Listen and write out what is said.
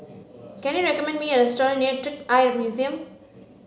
can you recommend me a restaurant near Trick Eye Museum